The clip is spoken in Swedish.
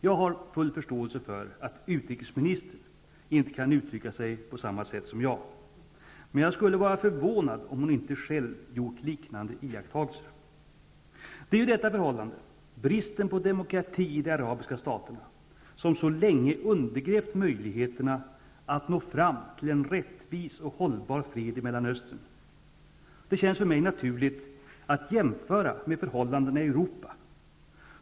Jag har full förståelse för att utrikesministern inte kan uttrycka sig på samma sätt som jag. Men jag skulle vara förvånad om hon inte själv gjort liknande iakttagelser. Det är ju detta förhållande, bristen på demokrati i de arabiska staterna, som så länge har undergrävt möjligheterna att nå fram till en rättvis och hållbar fred i Mellanöstern. Det känns för mig naturligt att jämföra med förhållandena i Europa.